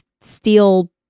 steal